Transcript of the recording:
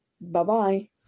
bye-bye